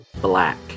black